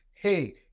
Hey